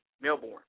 Melbourne